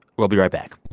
we'll be right back